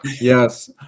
Yes